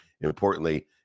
importantly